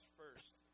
first